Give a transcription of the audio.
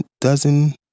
dozen